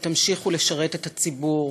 ותמשיכו לשרת את הציבור,